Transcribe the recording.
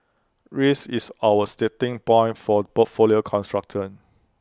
risk is our starting point for portfolio construction